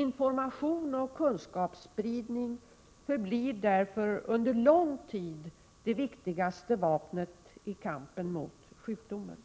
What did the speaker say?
Information och kunskapsspridning förblir därför under lång tid det viktigaste vapnet i kampen mot sjukdomen.